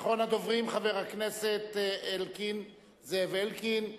אחרון הדוברים, חבר הכנסת זאב אלקין.